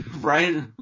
right